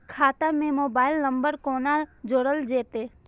खाता से mobile number कोना जोरल जेते?